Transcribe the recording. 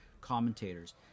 commentators